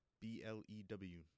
B-L-E-W